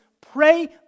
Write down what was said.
pray